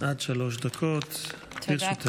שלוש דקות לרשותך.